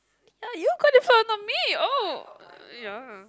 ya you got it from m~ me oh ya